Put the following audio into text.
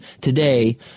today